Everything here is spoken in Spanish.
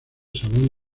salón